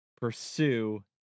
pursue